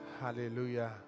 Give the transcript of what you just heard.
Hallelujah